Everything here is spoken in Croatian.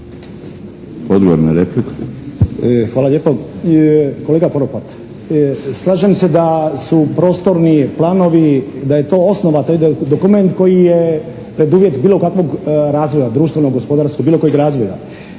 Jure (HDZ)** Hvala lijepo. Kolega Poropat, slažem se da su prostorni planovi, da je to osnova. To je dokument koji je preduvjet bilo kakvog razvoja, društvenog, gospodarskog, bilo kojeg razvoja.